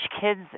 kids